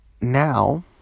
now